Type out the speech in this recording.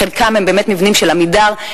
חלקם הם באמת מבנים של "עמידר",